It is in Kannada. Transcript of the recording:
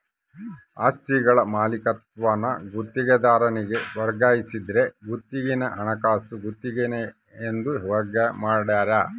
ಆಸ್ತಿಗಳ ಮಾಲೀಕತ್ವಾನ ಗುತ್ತಿಗೆದಾರನಿಗೆ ವರ್ಗಾಯಿಸಿದ್ರ ಗುತ್ತಿಗೆನ ಹಣಕಾಸು ಗುತ್ತಿಗೆ ಎಂದು ವರ್ಗ ಮಾಡ್ಯಾರ